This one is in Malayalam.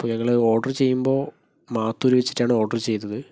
അപ്പോൾ ഞങ്ങൾ ഓർഡർ ചെയ്യുമ്പോൾ മാത്തൂര് വെച്ചിട്ടാണ് ഓർഡർ ചെയ്തത്